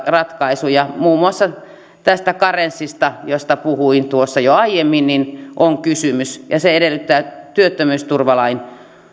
ratkaisuja muun muassa tästä karenssista josta puhuin tuossa jo aiemmin on kysymys ja se edellyttää työttömyysturvalain